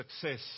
success